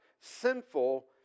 sinful